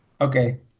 Okay